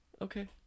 Okay